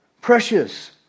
Precious